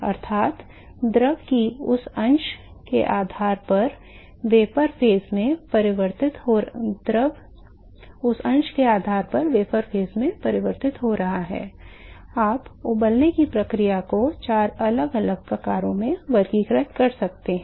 अर्थात् द्रव के उस अंश के आधार पर जो वाष्प चरण में परिवर्तित हो जाता है आप उबलने की प्रक्रिया को चार अलग अलग प्रकारों में वर्गीकृत कर सकते हैं